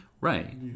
right